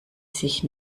sich